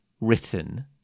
written